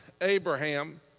Abraham